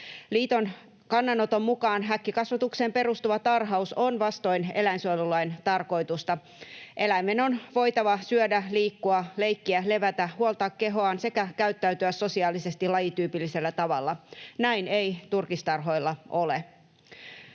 Liiton kannanoton mukaan häkkikasvatukseen perustuva tarhaus on vastoin eläinsuojelulain tarkoitusta. Eläimen on voitava syödä, liikkua, leikkiä, levätä, huoltaa kehoaan sekä käyttäytyä sosiaalisesti lajityypillisellä tavalla. Näin ei turkistarhoilla ole.